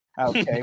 Okay